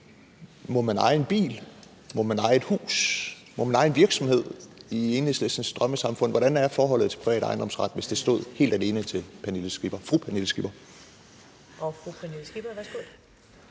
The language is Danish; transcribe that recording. må man eje en bil? Må man eje et hus? Må man eje en virksomhed i Enhedslistens drømmesamfund? Hvordan er forholdet til privat ejendomsret, hvis det stod helt alene til fru Pernille Skipper? Kl.